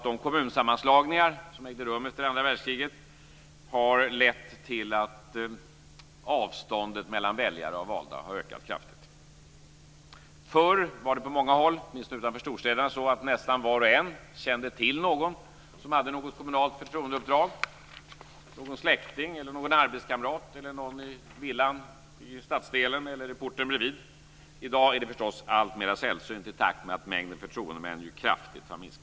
De kommunsammanslagningar som ägde rum efter andra världskriget har nog lett till att avståndet mellan väljare och valda har ökat kraftigt. Förr var det på många håll, åtminstone utanför storstäderna, så att nästan var och en kände till någon som hade ett kommunalt förtroendeuppdrag, någon släkting eller arbetskamrat, någon i villan bredvid, i stadsdelen eller i porten bredvid. I dag är det alltmera sällsynt, i takt med att mängden förtroendemän kraftigt har minskat.